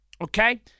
okay